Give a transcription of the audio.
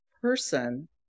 person